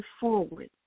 forward